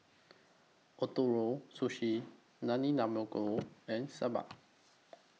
Ootoro Sushi and Sambar